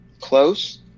close